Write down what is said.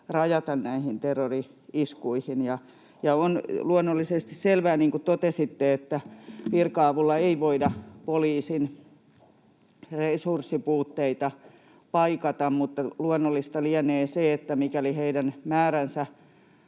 näihin terrori-iskuihin. Ja on luonnollisesti selvää, niin kuin totesitte, että virka-avulla ei voida poliisin resurssipuutteita paikata. Mutta luonnollista lienee se, että mikäli heidän määränsä